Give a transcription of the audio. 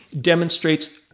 demonstrates